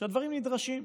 שהדברים נדרשים.